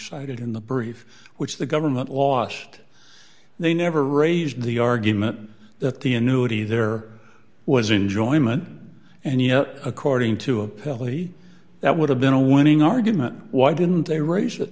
cited in the brief which the government lost they never raised the argument that the annuity there was enjoyment and yet according to apparently that would have been a winning argument why didn't they raise it